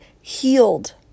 healed